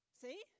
See